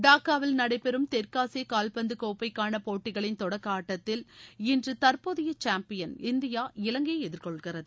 டாக்காவில் நடைபெறும் தெற்காசிய காவ்பந்து கோப்பைக்கான போட்டிகளின் தொடக்க ஆட்டத்தில் இன்று தற்போதய சாம்பியன் இந்தியா இலங்கையை எதிர்கொள்கிறது